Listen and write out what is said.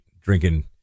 drinking